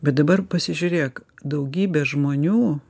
bet dabar pasižiūrėk daugybė žmonių